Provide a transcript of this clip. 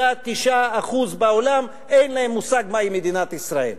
99.9% בעולם, אין להם מושג מהי מדינת ישראל.